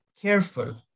careful